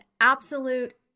absolute